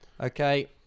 Okay